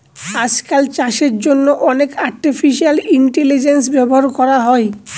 আজকাল চাষের জন্য অনেক আর্টিফিশিয়াল ইন্টেলিজেন্স ব্যবহার করা হয়